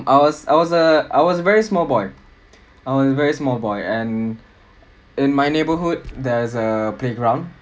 I was I was uh I was very small boy I was very small boy and in my neighborhood there's a playground